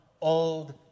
old